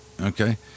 okay